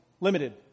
limited